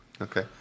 Okay